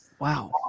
Wow